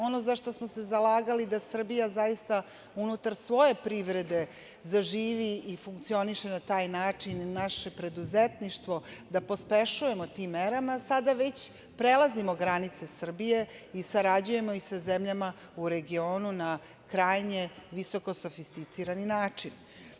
Ono za šta smo se zalagali da Srbija zaista unutar svoje privrede zaživi i funkcioniše na taj način naše preduzetništvo, da pospešujemo tim merama, sada već prelazimo granice Srbije i sarađujemo i sa zemljama u regionu na krajnje visokosofisticirani način.